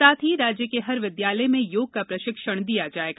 साथ ही राज्य के हर विद्यालय में योग का प्रशिक्षण दिया जाएगा